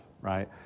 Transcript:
right